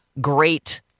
great